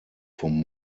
vom